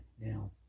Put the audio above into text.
Now